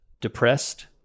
depressed